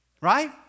Right